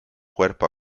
cuerpo